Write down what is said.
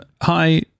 hi